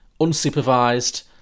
unsupervised